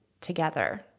together